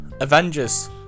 Avengers